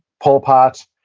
pol pot.